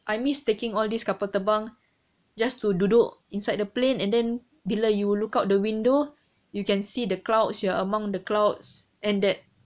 I miss taking all this kapal terbang just to duduk inside the plane and then below you look out the window you can see the clouds you among the clouds and that